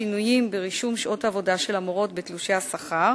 שינויים ברישום שעות העבודה של המורות בתלושי השכר,